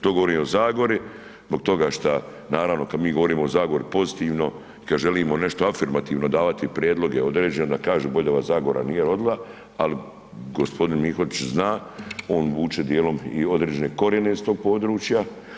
To govorim i o Zagori zbog toga šta, naravno kad mi govorimo o Zagori pozitivno i kad želimo nešto afirmativno davati prijedloge određene onda kažu bolje da vas Zagora nije rodila, ali gospodin Mihotić zna, on vuče dijelom i određene korijene iz tog područja.